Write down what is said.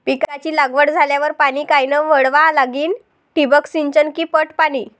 पिकाची लागवड झाल्यावर पाणी कायनं वळवा लागीन? ठिबक सिंचन की पट पाणी?